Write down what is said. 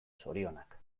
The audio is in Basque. zorionak